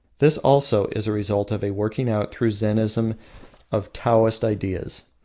this, also, is a result of a working out through zennism of taoist ideals.